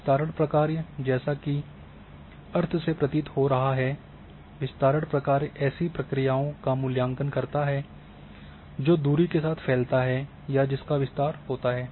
विस्तारण प्रक्रिया जैसा कि अर्थ से प्रतीत हो रहा है विस्तारण प्रक्रिया ऐसी प्रक्रियाओं का मूल्यांकन करता है जो दूरी के साथ फैलता है या जिसका विस्तार होता है